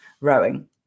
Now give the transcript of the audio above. rowing